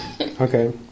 Okay